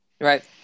right